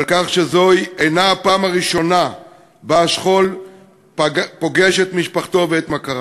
ועל כך שזוהי אינה הפעם הראשונה שהשכול פוגש את משפחתו ואת מכריו,